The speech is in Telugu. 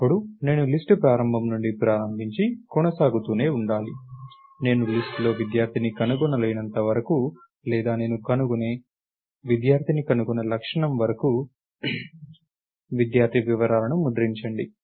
అప్పుడు నేను లిస్ట్ ప్రారంభం నుండి ప్రారంభించి కొనసాగుతూనే ఉండాలి నేను లిస్ట్ లో విద్యార్థిని కనుగొనలేనంత వరకు లేదా నేను కోరుకునే విద్యార్థిని కనుగొన్న క్షణం వరకు విద్యార్థి వివరాలను ముద్రించండి